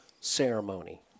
ceremony